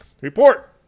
report